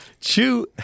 Chew